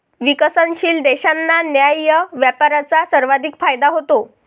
विकसनशील देशांना न्याय्य व्यापाराचा सर्वाधिक फायदा होतो